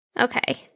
Okay